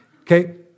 okay